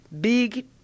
big